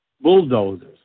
bulldozers